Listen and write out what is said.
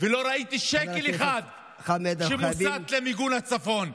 ולא ראיתי שקל אחד שמוסט למיגון הצפון.